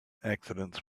accidents